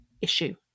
issue